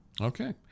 Okay